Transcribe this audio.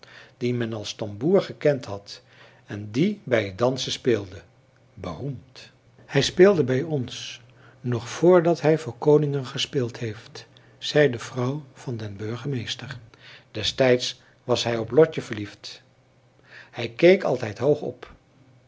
dien men als tamboer gekend had en die bij het dansen speelde beroemd hij speelde bij ons nog voordat hij voor koningen gespeeld heeft zei de vrouw van den burgemeester destijds was hij op lotje verliefd hij keek altijd hoog op